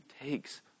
takes